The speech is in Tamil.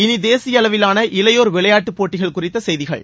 இனி தேசிய அளவிலான இளையோர் விளையாட்டு போட்டிகள் குறித்த செய்திகள்